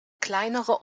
kleinere